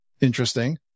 interesting